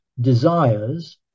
desires